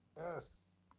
yes.